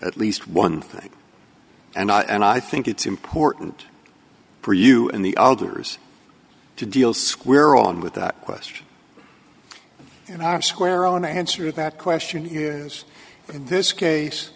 at least one thing and i and i think it's important for you and the others to deal square on with that question in our square own answer that question is in this case